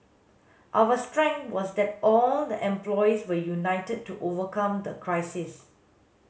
our strength was that all the employees were united to overcome the crisis